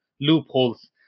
loopholes